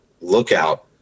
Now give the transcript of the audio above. lookout